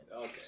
Okay